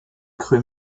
crut